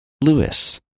Lewis